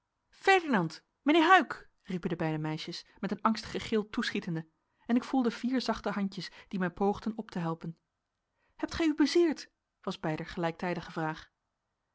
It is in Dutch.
ferdinand mijnheer huyck riepen de beide meisjes met een angstigen gil toeschietende en ik voelde vier zachte handjes die mij poogden op te helpen hebt gij u bezeerd was beider gelijktijdige